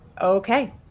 Okay